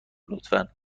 لطفا